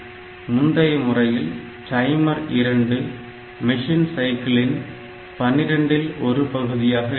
முந்தைய முறையில் timer 2 machine சைக்கிளின் பன்னிரண்டில் ஒரு பகுதியாக எடுத்தோம்